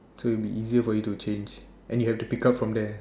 so it will be easier for you to change then you have to pick up from there